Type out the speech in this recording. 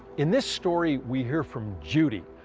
in this story, we here from judy.